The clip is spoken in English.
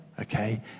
Okay